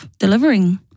delivering